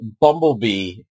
Bumblebee